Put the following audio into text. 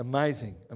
Amazing